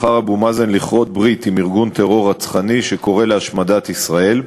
בחר אבו מאזן לכרות ברית עם ארגון טרור רצחני שקורא להשמדת ישראל.